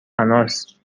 فناس